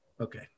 Okay